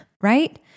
right